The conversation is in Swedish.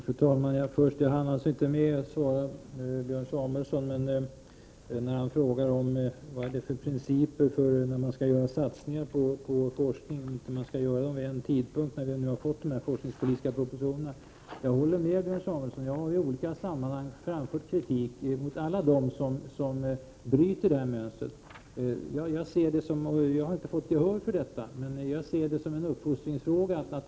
Fru talman! Jag hann inte svara på Björn Samuelsons fråga om man inte 26 april 1989 skall göra satsningar på forskning nu när de forskningspolitiska propositionerna har framlagts, och vilka principer som i annat fall skall gälla. Jag håller med Björn Samuelson, och jag har i olika sammanhang framfört kritik mot alla dem som bryter mot detta mönster. Jag har inte fått gehör för detta, men jag ser det hela som en uppfostringsfråga.